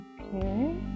Okay